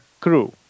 crew